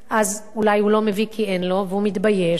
אז אולי הוא לא מביא כי אין לו והוא מתבייש והוא